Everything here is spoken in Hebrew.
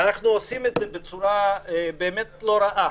אנחנו עושים זאת בצורה לא רעה,